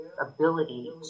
ability